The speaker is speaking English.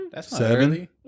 Seven